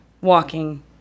walking